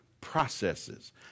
processes